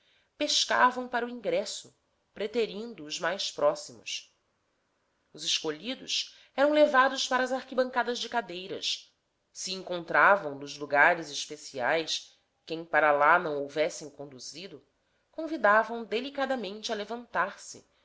pescavam para o ingresso preterindo os mais próximos os escolhidos eram levados para as arquibancadas de cadeiras se encontravam nos lugares especiais quem para li não houvessem conduzido convidavam delicadamente a levantar-se